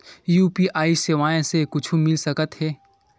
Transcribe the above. UPI सेवाएं से कुछु मिल सकत हे?